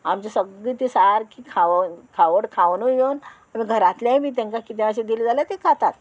आमची सगळीं ती सारकी खाव खावड खावनूय येवन आमी घरांतलेंय बी तांकां कितें अशें दिलें जाल्यार तीं खातात